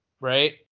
right